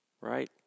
right